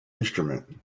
instrument